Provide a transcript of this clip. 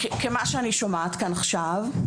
ממה שאני שומעת כאן עכשיו,